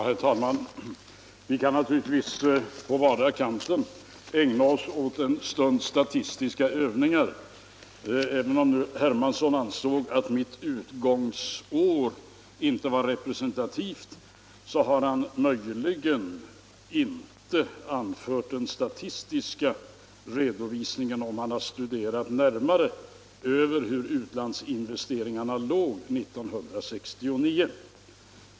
Herr talman! Vi kan naturligtvis på vardera kanten ägna oss åt en stunds statistiska övningar. Herr Hermansson ansåg att mitt utgångsår inte var representativt, men har tydligen inte följt den statistiska re dovisningen — det finner man om man närmare studerar utlandsinvesteringarna under år 1969.